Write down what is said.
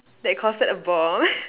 that costed a bomb